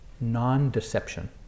non-deception